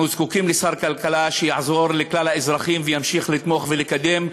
אנחנו זקוקים לשר כלכלה שיעזור לכלל האזרחים וימשיך לתמוך ולקדם,